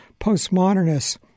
postmodernists